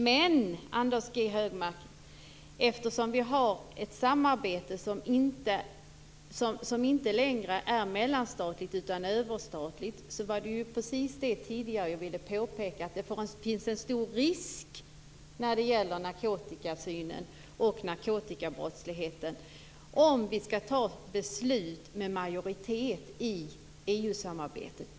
Men, Anders G Högmark, eftersom samarbetet inte längre är mellanstatligt utan överstatligt finns det - och det var precis det jag tidigare ville påpeka - en stor risk när det gäller narkotikasynen och narkotikabrottsligheten om beslut skall fattas med majoritet i EU-samarbetet.